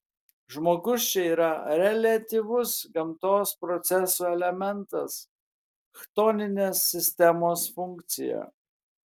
žmogus čia yra reliatyvus gamtos procesų elementas chtoninės sistemos funkcija